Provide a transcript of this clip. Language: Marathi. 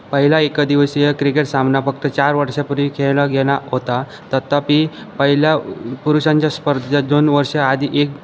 पहिला एकदिवसीय क्रिकेट सामना फक्त चार वर्षांपूर्वी खेळला गेला होता तथापि पहिला पुरुषांच्या स्पर्धा दोन वर्ष आधी एक